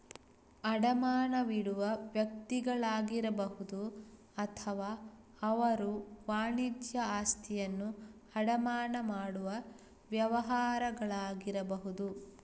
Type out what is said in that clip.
ಅಡಮಾನವಿಡುವ ವ್ಯಕ್ತಿಗಳಾಗಿರಬಹುದು ಅಥವಾ ಅವರು ವಾಣಿಜ್ಯ ಆಸ್ತಿಯನ್ನು ಅಡಮಾನ ಮಾಡುವ ವ್ಯವಹಾರಗಳಾಗಿರಬಹುದು